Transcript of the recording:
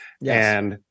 Yes